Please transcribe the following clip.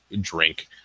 drink